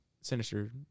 Sinister